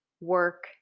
work